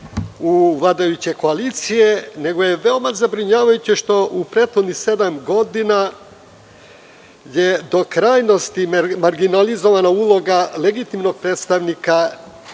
u vladajuće koalicije, nego je veoma zabrinjavajuće što u prethodnih sedam godina je do krajnosti marginalizovana uloga legitimnog predstavnika